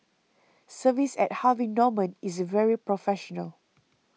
service at Harvey Norman is very professional